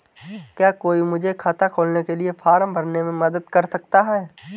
क्या कोई मुझे खाता खोलने के लिए फॉर्म भरने में मदद कर सकता है?